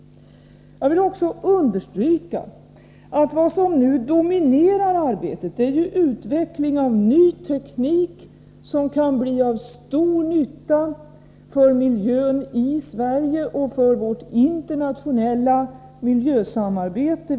Jag vill också understryka att vad som nu dominerar arbetet är utveckling av ny teknik som kan bli av stor nytta för miljön i Sverige och för vårt internationella miljösamarbete.